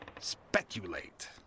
speculate